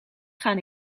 gaan